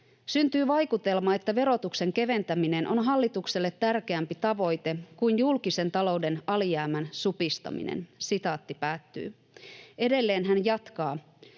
”Syntyy vaikutelma, että verotuksen keventäminen on hallitukselle tärkeämpi tavoite kuin julkisen talouden alijäämän supistaminen.” Edelleen hän jatkaa: